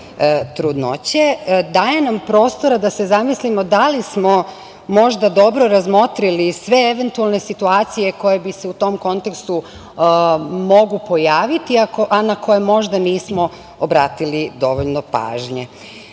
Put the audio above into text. daje nam prostora da se zamislimo da li smo možda dobro razmotrili sve eventualne situacije koje se u tom kontekstu mogu pojaviti, a na koje možda nismo obratili dovoljno pažnje. Zakon